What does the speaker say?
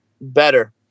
better